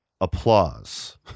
applause